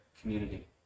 community